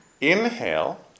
inhale